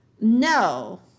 No